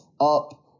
up